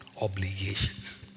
obligations